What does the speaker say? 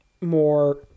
more